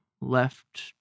left